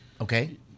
Okay